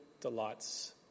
delights